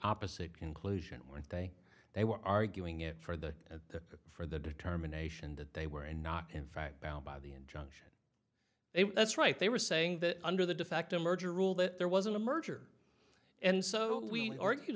opposite conclusion weren't they they were arguing it for the for the determination that they were not in fact bound by the injunction they were that's right they were saying that under the defacto merger rule that there wasn't a merger and so